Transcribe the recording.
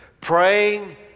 praying